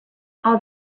all